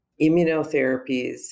immunotherapies